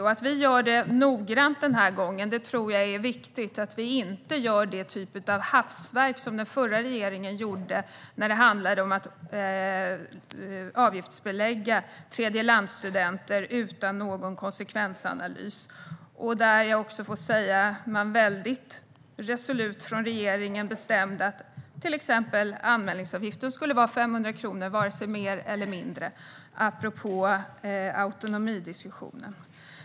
Jag tror att det är viktigt att vi gör det noggrant den här gången och att vi inte gör den typ av hafsverk som den förra regeringen gjorde när det handlade om att avgiftsbelägga tredjelandsstudenter utan någon konsekvensanalys. Jag får också säga att regeringen väldigt resolut bestämde att till exempel anmälningsavgiften skulle vara 500 kronor, varken mer eller mindre. Det säger jag apropå autonomidiskussionen.